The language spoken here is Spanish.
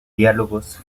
diálogos